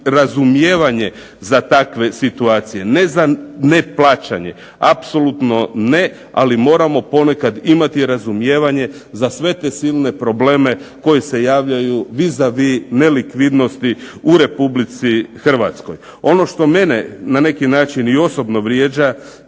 razumijevanje za takve situacije, ne za neplaćanje apsolutno ali moramo ponekad imati razumijevanje za sve te silne probleme koji se javljaju vis a vis nelikvidnosti u Republici Hrvatskoj. Ono što meni na neki način i osobno vrijeđa